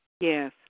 Yes